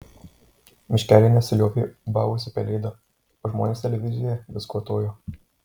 miškelyje nesiliovė ūbavusi pelėda o žmonės televizijoje vis kvatojo